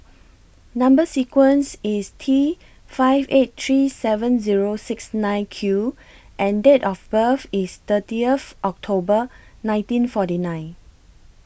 Number sequence IS T five eight three seven Zero six nine Q and Date of birth IS thirtieth October nineteen forty nine